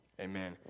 Amen